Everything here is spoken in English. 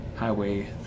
highway